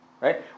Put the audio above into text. right